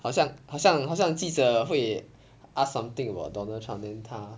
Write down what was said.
好像好像好像记者会 ask something about donald trump then 他